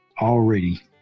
already